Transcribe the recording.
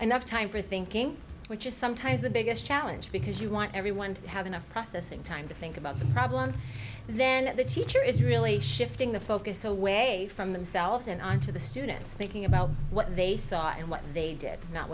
enough time for thinking which is sometimes the biggest challenge because you want everyone to have enough processing time to think about the problem and then the teacher is really shifting the focus away from themselves and on to the students thinking about what they saw and what they did not